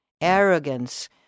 arrogance